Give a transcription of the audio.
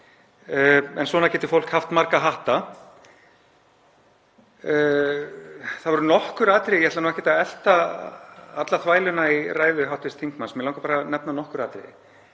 Svona getur fólk haft marga hatta. Það voru nokkur atriði, ég ætla nú ekkert að elta alla þvæluna í ræðu hv. þingmanns, mig langar bara að nefna nokkur atriði.